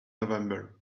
november